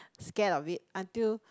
scared of it until